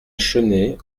chenée